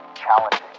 challenging